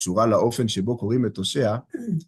קשורה לאופן שבו קוראים את הושע.